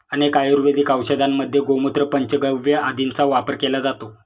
अनेक आयुर्वेदिक औषधांमध्ये गोमूत्र, पंचगव्य आदींचा वापर केला जातो